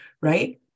right